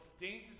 dangerous